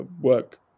work